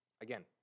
Again